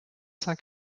cent